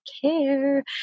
care